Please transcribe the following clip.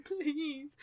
Please